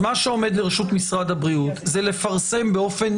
אז מה שעומד לרשות משרד הבריאות זה לפרסם באופן